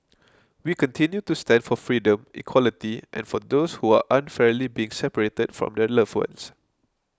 we continue to stand for freedom equality and for those who are unfairly being separated from their loved ones